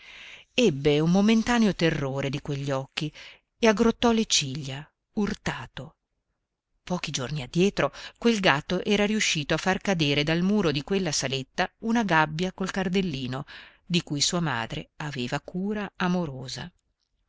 ebbe un momentaneo terrore di quegli occhi e aggrottò le ciglia urtato pochi giorni addietro quel gatto era riuscito a far cadere dal muro di quella saletta una gabbia col cardellino di cui sua madre aveva cura amorosa